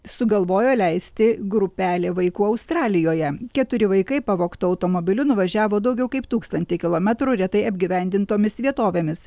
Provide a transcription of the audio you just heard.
sugalvojo leisti grupelė vaikų australijoje keturi vaikai pavogtu automobiliu nuvažiavo daugiau kaip tūkstantį kilometrų retai apgyvendintomis vietovėmis